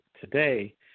today